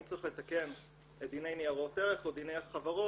האם צריך לתקן את דיני ניירות ערך או דיני החברות